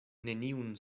neniun